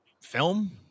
film